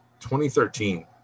2013